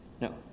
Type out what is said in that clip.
No